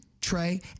Trey